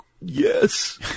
yes